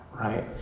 right